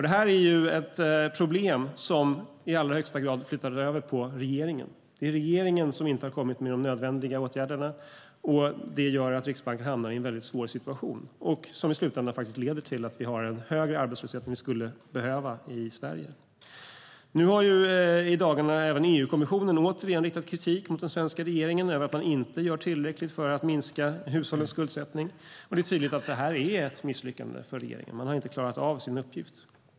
Det är alltså ett problem som i allra högsta grad beror på regeringen. Det är regeringen som inte kommit med de nödvändiga åtgärderna. Det gör att Riksbanken hamnar i en svår situation. Detta leder i slutändan till att vi i Sverige har en högre arbetslöshet än vi skulle behöva ha. I dagarna har EU-kommissionen återigen riktat kritik mot den svenska regeringen för att den inte gör tillräckligt för att minska hushållens skuldsättning. Det är tydligt att det är ett misslyckande för regeringen, som inte klarat av sin uppgift.